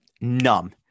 numb